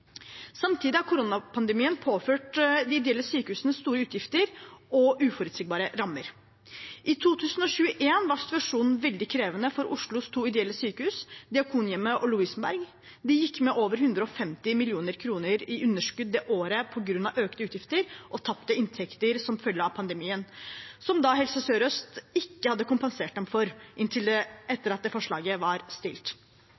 Samtidig har koronapandemien påført de ideelle sykehusene store utgifter og uforutsigbare rammer. I 2021 var situasjonen veldig krevende for Oslos to ideelle sykehus, Diakonhjemmet og Lovisenberg. De gikk med over 150 mill. kr i underskudd det året på grunn av økte utgifter og tapte inntekter som følge av pandemien, som Helse Sør-Øst ikke hadde kompensert dem for inntil